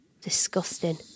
Disgusting